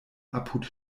apud